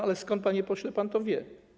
Ale skąd, panie pośle, pan to wie?